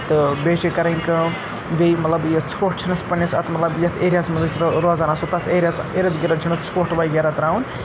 تہٕ بیٚیہِ چھِ کَرٕنۍ کٲم بیٚیہِ مطلب یہِ ژھۄٹھ چھِنہٕ اَسہِ پنٛنِس اَتھ مطلب یَتھ ایریاہَس منٛز أسۍ أسۍ روزان آسو تَتھ ایریاہَس اِرد گِرد چھُنہٕ ژھۄٹھ وغیرہ ترٛاوُن کِہیٖنۍ تہِ